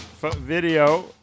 video